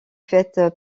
faite